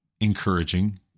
encouraging